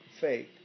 faith